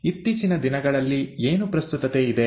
ಇತ್ತೀಚಿನ ದಿನಗಳಲ್ಲಿ ಏನು ಪ್ರಸ್ತುತತೆ ಇದೆ